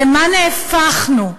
למה נהפכנו?